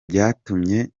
byatumye